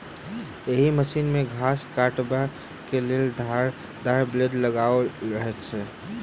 एहि मशीन मे घास काटबाक लेल धारदार ब्लेड लगाओल रहैत छै